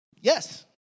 Yes